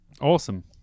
Awesome